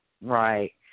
Right